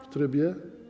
W trybie?